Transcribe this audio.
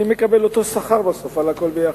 אני מקבל אותו שכר בסוף על הכול ביחד.